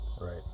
Right